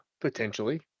Potentially